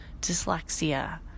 dyslexia